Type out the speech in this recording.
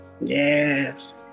Yes